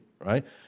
right